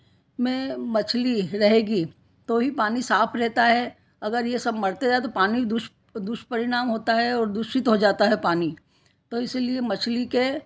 में मछली रहेगी तो ही पानी साफ़ रहता है अगर यह सब मरते जाए तो पानी दुष्परिणाम होता है और दूषित हो जाता है पानी तो इसीलिए मछली के